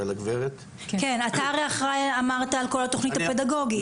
אתה דיברת על כל התכנית הפדגוגית.